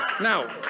Now